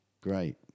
great